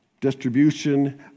distribution